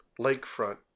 lakefront